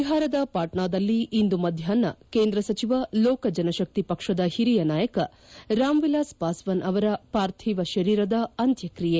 ಬಿಹಾರದ ಪಾಟ್ನಾದಲ್ಲಿ ಇಂದು ಮಧ್ಯಾಪ್ನ ಕೇಂದ್ರ ಸಚಿವ ಲೋಕ ಜನಶಕ್ತಿ ಪಕ್ಷದ ಹಿರಿಯ ನಾಯಕ ರಾಮವಿಲಾಸ್ ಪಾಸ್ನಾನ್ ಅವರ ಪಾರ್ಥಿವ ಶರೀರದ ಅಂತ್ಯಕ್ರಿಯೆ